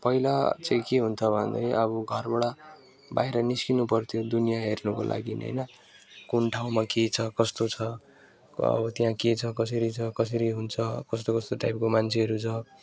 पहिला चाहिँ के हुन्थ्यो भन्दाखेरि अब घरबाट बाहिर निस्किनु पर्थ्यो दुनिया हेर्नुको लागि होइन कुन ठाउँमा के छ कस्तो छ अब त्यहाँ के छ कसरी छ कसरी हुन्छ कस्तो कस्तो टाइपको मान्छेहरू छ